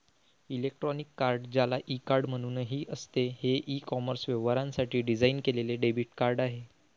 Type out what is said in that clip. electronic card, ज्याला e card म्हणूनही असते, हे ई कॉमर्स व्यवहारांसाठी डिझाइन केलेले डेबिट कार्ड आहे